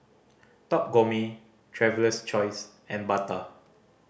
Top Gourmet Traveler's Choice and Bata